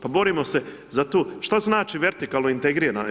Pa borimo se za tu, šta znači vertikalno integriralnu?